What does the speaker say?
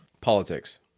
Politics